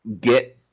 get